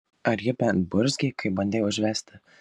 ar ji bent burzgė kai bandei užvesti